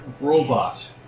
robot